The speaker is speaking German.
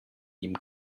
ihm